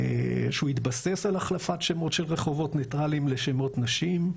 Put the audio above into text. שהוא יתבסס על החלפת שמות של רחובות ניטרליים לשמות נשים,